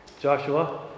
Joshua